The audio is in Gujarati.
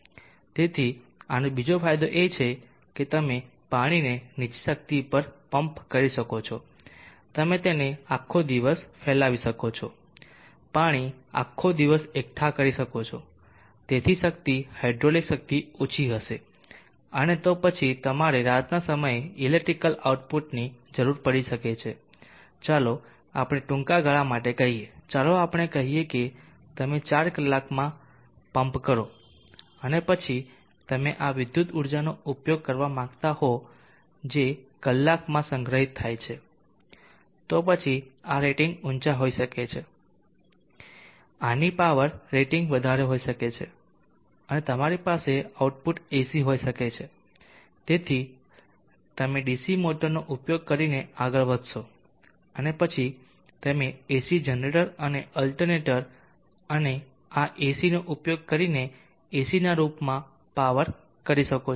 તેથી આનો બીજો ફાયદો એ છે કે તમે પાણીને નીચી શક્તિ પર પમ્પ કરી શકો છો તમે તેને આખો દિવસ ફેલાવી શકો છો પાણી આખો દિવસ એકઠા કરી શકો છો તેથી શક્તિ હાઇડ્રોલિક શક્તિ ઓછી હશે અને તો પછી તમારે રાતના સમયે ઇલેક્ટ્રિકલ આઉટપુટની જરૂર પડી શકે છે ચાલો આપણે ટૂંકા ગાળા માટે કહીએ ચાલો આપણે કહીએ કે તમે 4 કલાકમાં પંપ કરો અને પછી તમે આ વિદ્યુત ઊર્જાનો ઉપયોગ કરવા માંગતા હો જે 1 કલાકમાં સંગ્રહિત થાય છે તો પછી આ રેટિંગ ઊંચા હોઈ શકે છે આની પાવર રેટિંગ વધારે હોઈ શકે છે અને તમારી પાસે આઉટપુટ AC હોઈ શકે છે તમે ડીસી મોટરનો ઉપયોગ કરીને આગળ વધશો અને પછી તમે AC જનરેટર અને એલ્ટરનેટર અને આ ACનો ઉપયોગ કરીને ACના રૂપમાં પાવર શકો છો